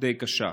די קשה.